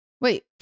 wait